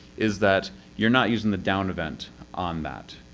is that you're not using the down event on that.